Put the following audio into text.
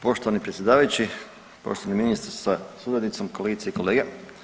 Poštovani predsjedavajući, poštovani ministre sa suradnicom, kolegice i kolege.